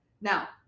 Now